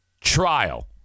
trial